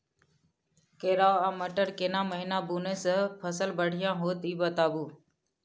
केराव आ मटर केना महिना बुनय से फसल बढ़िया होत ई बताबू?